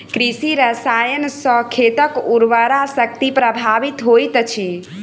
कृषि रसायन सॅ खेतक उर्वरा शक्ति प्रभावित होइत अछि